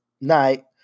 night